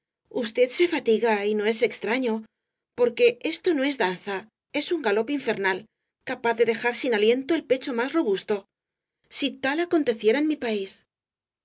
usted se fatiga y no es extraño porque esto no es danza es una galop infernal capaz de dejar sin aliento el pecho más robusto si tal aconteciera en mi país no hay que